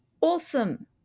awesome